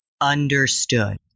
Understood